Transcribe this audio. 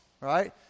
right